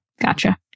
gotcha